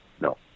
No